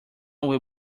will